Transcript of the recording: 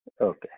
okay